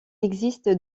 existe